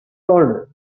corner